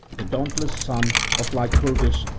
the dauntless son of lycurgus,